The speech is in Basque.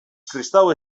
kristau